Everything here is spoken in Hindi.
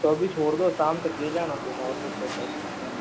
तो अभी छोड़ दो शाम तक लेके जाना फिर और क्या कर सकते हैं